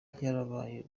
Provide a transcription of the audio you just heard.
yarabaye